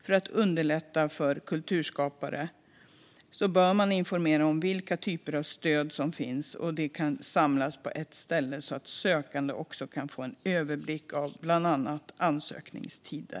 För att underlätta för kulturskapare bör man informera om vilka typer av stöd som finns. Detta kan samlas på ett ställe så att sökande kan få en överblick över bland annat ansökningstider.